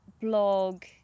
blog